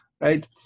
Right